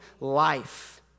life